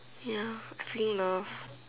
ya I freaking love